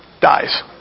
dies